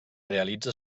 realitza